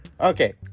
okay